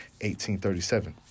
1837